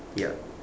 ya